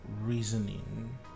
reasoning